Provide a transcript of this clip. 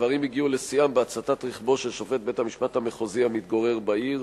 הדברים הגיעו לשיאם בהצתת רכבו של שופט בית-המשפט המחוזי המתגורר בעיר.